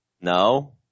No